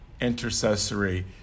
intercessory